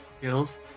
skills